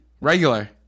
Regular